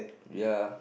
ya